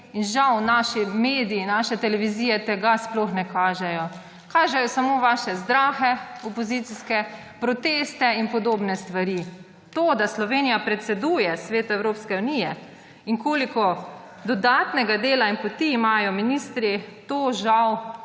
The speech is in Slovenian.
In žal naši mediji, naše televizije tega sploh ne kažejo. Kažejo samo vaše opozicijske zdrahe, proteste in podobne stvari. To, da Slovenija predseduje Svetu Evropske unije in koliko dodatnega dela in poti imajo ministri, žal